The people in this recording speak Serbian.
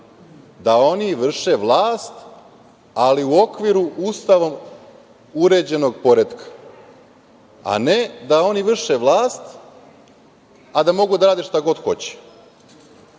da oni vrše vlast, ali u okviru Ustavom uređenog poretka, a ne da oni vrše vlast, a da mogu da rade šta god hoće.